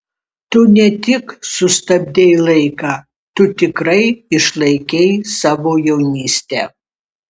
tu ne tik sustabdei laiką tu tikrai išlaikei savo jaunystę